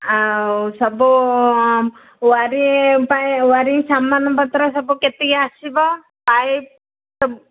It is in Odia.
ଆଉ ସବୁ ୱାରିଙ୍ଗ୍ ପାଇଁ ୱାରିଙ୍ଗ୍ ସାମାନ ପତ୍ର ସବୁ କେତିକି ଆସିବ ପାଇପ୍ ସବୁ